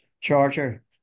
charger